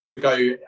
go